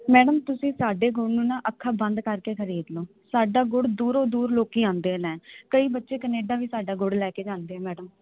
madam ਤੁਸੀਂ ਸਾਡੇ ਗੁੜ ਨੂੰ ਨਾ ਅੱਖਾਂ ਬੰਦ ਕਰਕੇ ਖਰੀਦ ਲਓ ਸਾਡਾ ਗੁੜ ਦੂਰੋਂ ਦੂਰ ਲੋਕੀ ਆਉਂਦੇ ਨੇ ਕਈ ਬੱਚੇ ਕੈਨੇਡਾ ਵੀ ਸਾਡਾ ਗੁੜ ਲੈ ਕੇ ਜਾਂਦੇ ਮੈਡਮ